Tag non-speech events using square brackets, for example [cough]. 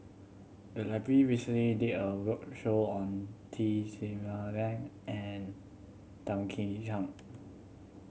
the library recently did a roadshow on T [unintelligible] and Tan Kim Tian